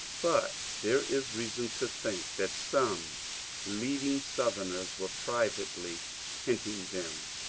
but there is reason to think that some leading southerners were privately hinting them,